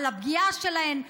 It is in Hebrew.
על הפגיעה בהן,